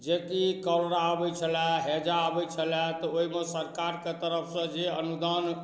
जेकि कोरोना आबै छलै हैजा आबै छलै तऽ ओहिमे सरकारके तरफसँ जे अनुदान